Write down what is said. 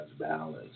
balance